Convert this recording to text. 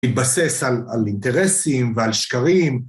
להתבסס על אינטרסים ועל שקרים.